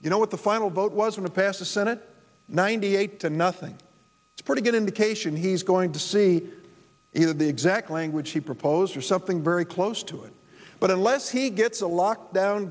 you know what the final vote was when to pass the senate ninety eight to nothing it's pretty good indication he's going to see either the exact language he proposed or something very close to it but unless he gets a lockdown